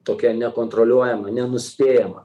tokia nekontroliuojama nenuspėjama